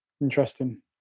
Interesting